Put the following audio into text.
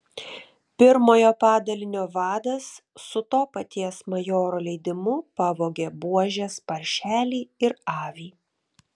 pirmojo padalinio vadas su to paties majoro leidimu pavogė buožės paršelį ir avį